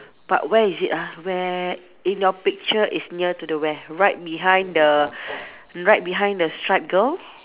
but where is it ah where in your picture it's near to the where right behind the right behind the striped girl